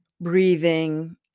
breathing